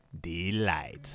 Delight